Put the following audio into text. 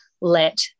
let